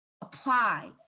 apply